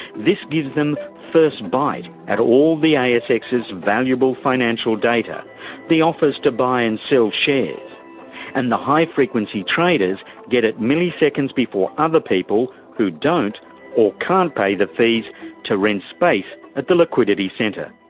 this gives them first bite at all the asx's valuable financial data the offers to buy and sell shares and the high-frequency traders get it milliseconds before other people who don't or can't pay the fees to rent space at the liquidity centre.